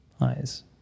eyes